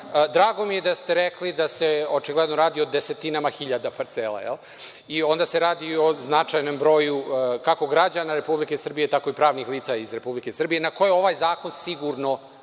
drago mi je da ste rekli da se očigledno radi o desetinama hiljada parcela i onda se radi i o značajnom broju kako građana Republike Srbije, tako i pravnih lica iz Republike Srbije, na koje ovaj zakon sigurno